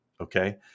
Okay